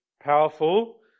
powerful